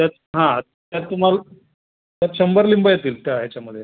त्यात हां त्यात तुम्हाला त्यात शंभर लिंबं येतील त्या ह्याच्यामध्ये